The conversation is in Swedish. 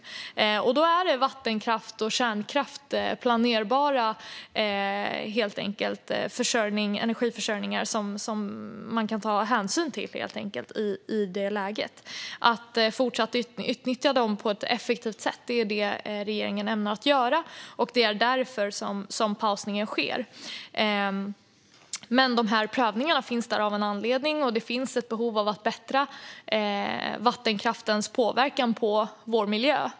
I det läget är det vattenkraft och kärnkraft - planerbar energiförsörjning - som man kan ta hänsyn till. Regeringen ämnar fortsätta att utnyttja dem på ett effektivt sätt, och det är därför pausningen sker. Dessa prövningar finns dock av en anledning, och det finns ett behov av att förbättra vattenkraftens påverkan på vår miljö.